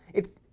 it's.